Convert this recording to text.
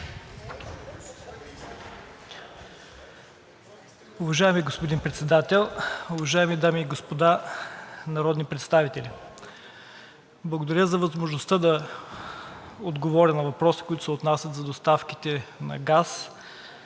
Уважаеми господин Председател, уважаеми дами и господа народни представители! Благодаря за възможността да отговоря на въпросите, които се отнасят за доставките на газ